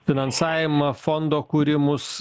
finansavimą fondo kūrimus